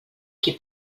qui